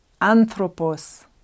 Anthropos